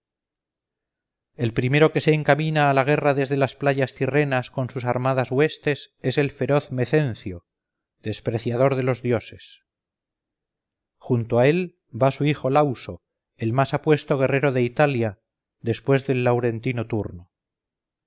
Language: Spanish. el primero que se encamina a la guerra desde las playas tirrenas con sus armadas huestes es el feroz mecencio despreciador de los dioses junto a él va su hijo lauso el más apuesto guerrero de italia después del laurentino turno